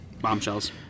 Bombshells